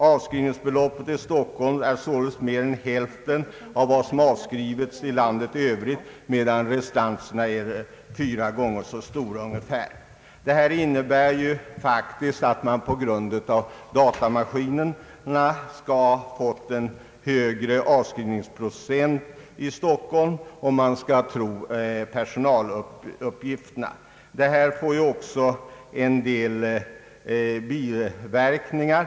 Avskrivningsbeloppet i Stockholm är således mer än hälften av vad som avskrivits i landet i övrigt, medan restantierna där är fyra gånger så stora som i Stockholm. Detta innebär att man faktiskt genom datamaskinerna fått en högre avskrivningsprocent i Stockholm — om vi skall tro personaluppgifterna. Detta får också biverkningar.